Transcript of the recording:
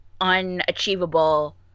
unachievable